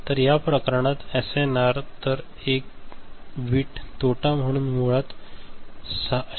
तर या प्रकरणात एसएनआर तर एक बिट तोटा म्हणजे मुळात 6